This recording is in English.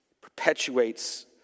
perpetuates